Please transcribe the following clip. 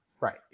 Right